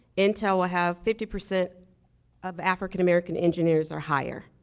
intel will have fifty percent of african american engineers or higher,